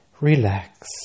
Relax